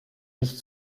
nicht